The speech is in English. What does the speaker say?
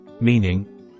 Meaning